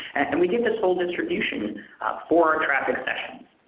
and we get this full distribution for our session.